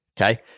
Okay